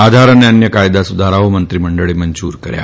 આધાર અને અન્ય કાયદા સુધારાઓ મંત્રીમંડળે મંજુર કર્યા